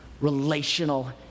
relational